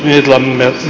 herr talman